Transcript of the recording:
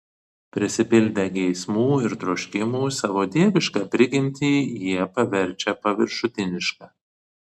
prisipildę geismų ir troškimų savo dievišką prigimtį jie paverčia paviršutiniška